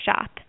shop